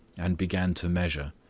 and began to measure.